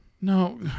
No